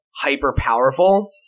hyper-powerful